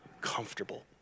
comfortable